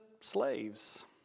slaves